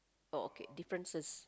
oh okay differences